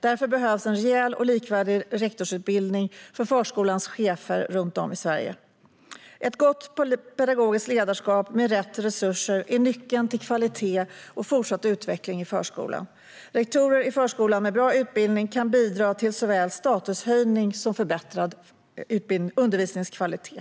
Därför behövs en rejäl och likvärdig rektorsutbildning för förskolans chefer runt om i Sverige. Ett gott pedagogiskt ledarskap med rätt resurser är nyckeln till kvalitet och fortsatt utveckling i förskolan. Väl utbildade rektorer i förskolan kan bidra till såväl statushöjning som förbättrad undervisningskvalitet.